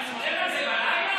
אתה חולם על זה בלילה?